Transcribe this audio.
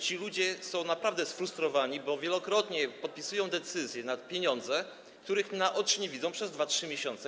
Ci ludzie są naprawdę sfrustrowani, bo wielokrotnie podpisują decyzje na pieniądze, których jako pracujący nie widzą na oczy przez 2, 3 miesiące.